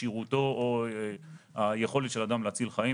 בכשירותו או היכולת של אדם להציל חיים.